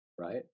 Right